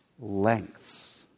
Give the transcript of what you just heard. lengths